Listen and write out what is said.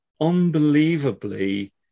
unbelievably